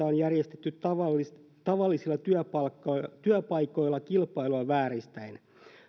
on järjestetty tavallisilla tavallisilla työpaikoilla työpaikoilla kilpailua vääristäen